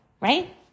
Right